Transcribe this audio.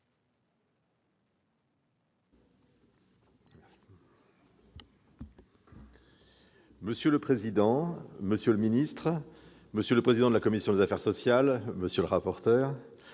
Monsieur le président, monsieur le secrétaire d'État, monsieur le président de la commission des affaires sociales, monsieur le rapporteur